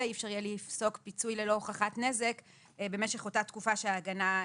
אי אפשר יהיה לפסוק פיצוי ללא הוכחת נזק במשך אותה תקופה שההגנה קבעה.